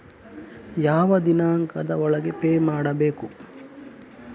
ಯಾವ ದಿನಾಂಕದ ಒಳಗೆ ಪೇ ಮಾಡಬೇಕು?